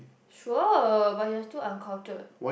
sure but you're still uncultured